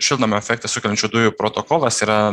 šiltnamio efektą sukeliančių dujų protokolas yra